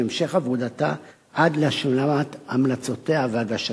המשך עבודתה עד להשלמת המלצותיה והגשתן.